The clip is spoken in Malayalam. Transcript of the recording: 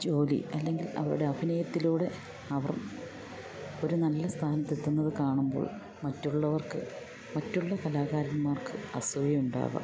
ജോലി അല്ലെങ്കിൽ അവരുടെ അഭിനയത്തിലൂടെ അവർ ഒരു നല്ല സ്ഥാനത്തെത്തുന്നത് കാണുമ്പോൾ മറ്റുള്ളവർക്ക് മറ്റുള്ള കലാകാരന്മാർക്ക് അസൂയയുണ്ടാകാം